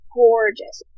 gorgeous